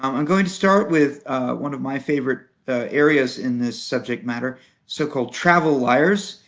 um i'm going to start with one of my favorite areas in this subject matter so-called travel liars.